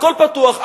הכול פתוח,